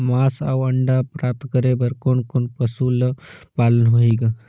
मांस अउ अंडा प्राप्त करे बर कोन कोन पशु ल पालना होही ग?